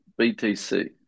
BTC